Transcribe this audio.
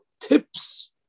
tips